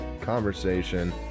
conversation